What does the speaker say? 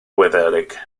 wyddeleg